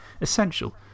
essential